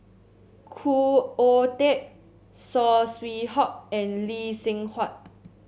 Khoo Oon Teik Saw Swee Hock and Lee Seng Huat